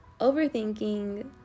overthinking